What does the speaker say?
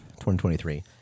2023